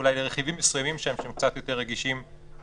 אולי לרכיבים מסוימים שם שהם קצת יותר רגישים ובעייתיים.